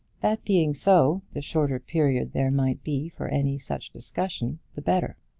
that being so, the shorter period there might be for any such discussion the better.